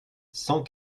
cent